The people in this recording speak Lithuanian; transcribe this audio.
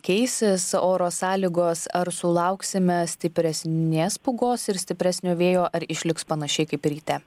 keisis oro sąlygos ar sulauksime stipresnės pūgos ir stipresnio vėjo ar išliks panašiai kaip ryte